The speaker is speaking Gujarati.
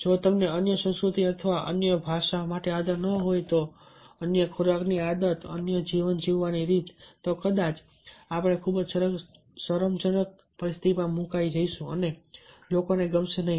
જો તમને અન્ય સંસ્કૃતિ અન્ય ભાષા માટે આદર ન હોય તો અન્ય ખોરાકની આદત અન્ય જીવન જીવવાની રીત તો કદાચ આપણે ખૂબ જ શરમજનક પરિસ્થિતિમાં મુકાઈ જઈશું અને લોકોને ગમશે નહીં